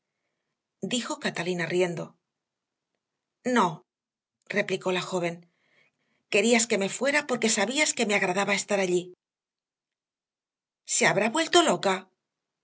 dijo catalina riendo no replicó la joven querías que me fuera porque sabías que me agradaba estar allí se habrá vuelto loca